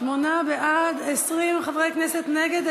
שמונה בעד, 20 חברי כנסת נגד.